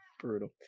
brutal